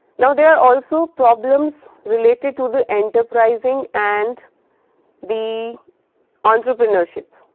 now, there are also problems related to the enterprising and the entrepreneurship.